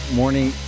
morning